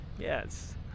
Yes